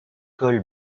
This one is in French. colle